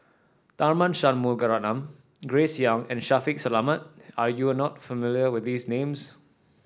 Tharman Shanmugaratnam Grace Young and Shaffiq Selamat are you not familiar with these names